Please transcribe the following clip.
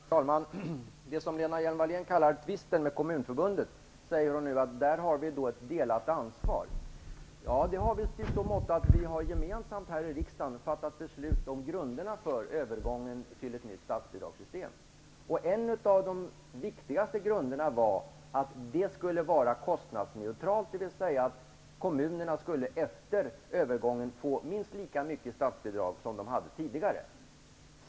Herr talman! I fråga om det som Lena Hjelm Wallén kallar tvisten med Kommunförbundet säger hon nu att där har vi ett delat ansvar. Ja, det har vi i så måtto att vi gemensamt här i riksdagen har fattat beslut om grunderna för övergången till ett nytt statsbidragssystem. En av de viktigaste grunderna var att det skulle vara kostnadsneutralt, dvs. att kommunerna efter övergången skulle få minst lika mycket statsbidrag som de hade tidigare.